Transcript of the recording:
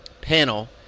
panel